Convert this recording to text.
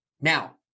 Now